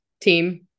team